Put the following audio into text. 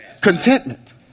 contentment